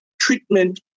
treatment